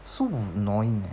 so annoying